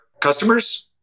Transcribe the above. customers